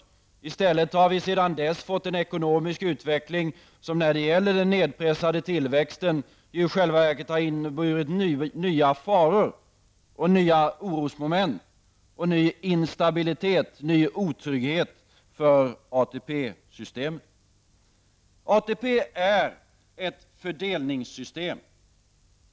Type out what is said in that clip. Vi har i stället sedan dess fått en ekonomisk utveckling som när det gäller den nedpressade tillväxten i själva verket har inneburit nya faror, nya orosmoment, ny instabilitet och ny otrygghet för ATP-systemet. ATP är ett fördelningssystem.